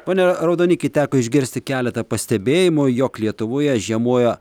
pone raudoniki teko išgirsti keletą pastebėjimų jog lietuvoje žiemoja